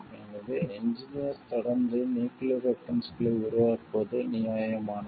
எனவே இன்ஜினியர்ஸ் தொடர்ந்து நியூக்கிளியர் வெபன்ஸ்களை உருவாக்குவது நியாயமானது